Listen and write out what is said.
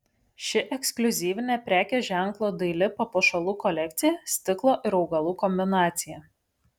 ši ekskliuzyvinė prekės ženklo daili papuošalų kolekcija stiklo ir augalų kombinacija